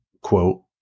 quote